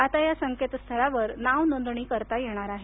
आता यासंकेतस्थळावर नावनोंदणी करता येणार आहे